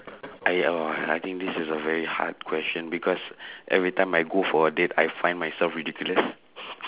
I uh !whoa! I think this is a very hard question because every time I find myself going for a date I find myself ridiculous